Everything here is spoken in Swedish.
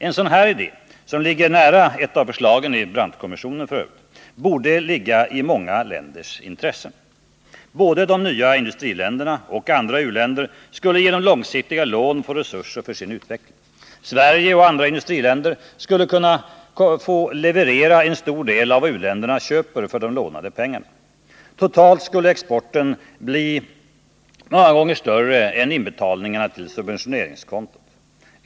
En sådan här idé — som f. ö. ligger nära ett av förslagen från Brandtkommissionen — borde ligga i många länders intresse. Både de nya industriländerna och andra u-länder skulle genom långsiktiga lån få resurser för sin utveckling. Sverige och andra industriländer skulle kunna få leverera en stor del av vad u-länderna köper för de lånade pengarna. Totalt skulle exporten bli många gånger större än inbetalningarna till subventioneringskontot.